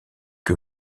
que